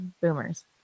boomers